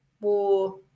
war